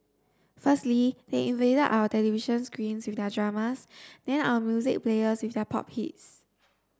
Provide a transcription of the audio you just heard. firstly they invaded our television screens with their dramas then our music players with their pop hits